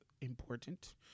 important